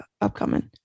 upcoming